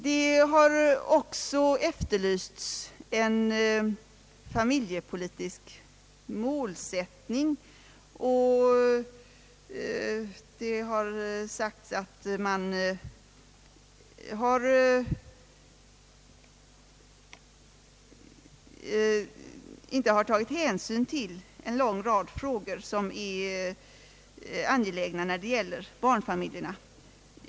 Det har efterlysts en familjepolitisk målsättning, och det har sagts att regeringen inte har tagit hänsyn till en lång rad frågor som är angelägna när det gäller barnfamiljerna.